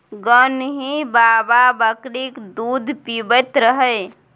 गान्ही बाबा बकरीक दूध पीबैत रहय